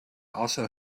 also